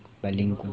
bilingual